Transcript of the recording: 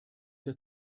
der